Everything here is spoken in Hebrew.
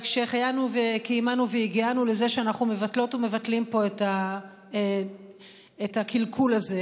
שהחיינו וקיימנו והגיענו לזה שאנחנו מבטלות ומבטלים פה את הקלקול הזה,